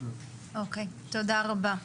תודה רבה.